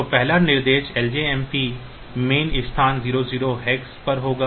तो पहला निर्देश लजमप मेन स्थान 0 0 hex पर होगा